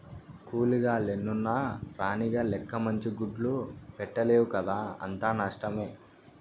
కూలీగ లెన్నున్న రాణిగ లెక్క మంచి గుడ్లు పెట్టలేవు కదా అంతా నష్టమే